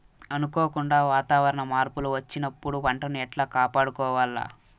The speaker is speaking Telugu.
అనుకోకుండా వాతావరణ మార్పులు వచ్చినప్పుడు పంటను ఎట్లా కాపాడుకోవాల్ల?